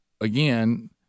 again